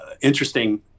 interesting